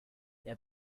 der